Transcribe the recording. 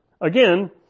again